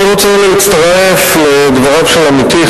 אני רוצה להצטרף לדבריו של עמיתי,